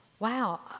wow